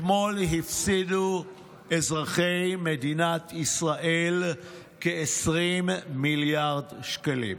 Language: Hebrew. אתמול הפסידו אזרחי מדינת ישראל כ-20 מיליארד שקלים.